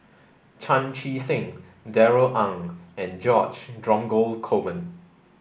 Chan Chee Seng Darrell Ang and George Dromgold Coleman